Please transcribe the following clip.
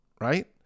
right